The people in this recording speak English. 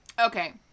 okay